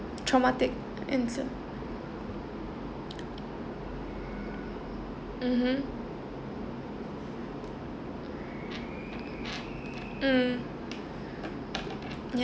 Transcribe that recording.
traumatic incident mmhmm mm ya